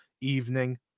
evening